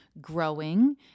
growing